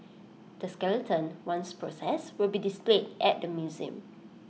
the skeleton once processed will be displayed at the museum